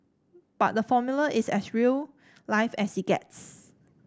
but the formula is as real life as it gets